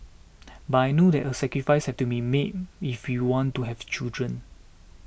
but I know that a sacrifice has to be made if we want to have children